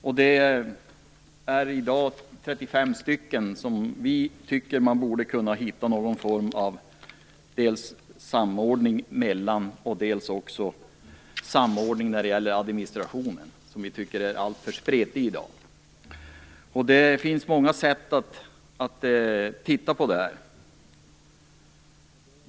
I dag är de 35 stycken, och vi tycker att man borde kunna hitta någon samordning mellan dessa och även en samordning när det gäller administrationen, som vi tycker är alltför spretig i dag. Det finns många sätt att titta på detta.